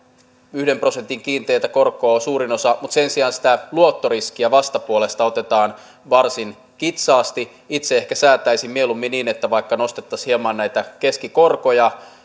yhden prosentin kiinteätä korkoa suurin osa sen sijaan sitä luottoriskiä vastapuolesta otetaan varsin kitsaasti itse ehkä säätäisin mieluummin niin että vaikka nostettaisiin hieman näitä keskikorkoja